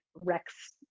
Rex